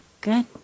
good